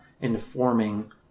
informing